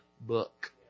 book